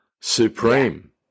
Supreme